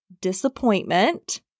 disappointment